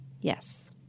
Yes